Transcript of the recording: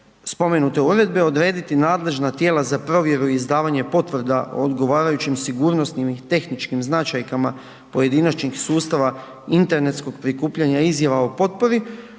spomenute uredbe odrediti nadležna tijela za provjeru i izdavanje potvrda odgovarajućim sigurnosnim i tehničkim značajkama pojedinačnih sustava internetskog prikupljanja izjava o potpori